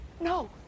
No